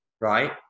right